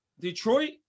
Detroit